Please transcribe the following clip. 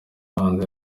muhanzi